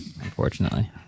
unfortunately